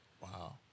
Wow